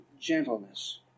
gentleness